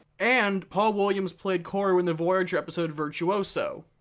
and paul williams played koru in the voyager episode virtuoso!